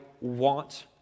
want